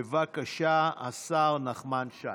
בבקשה, השר נחמן שי.